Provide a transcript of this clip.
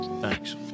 Thanks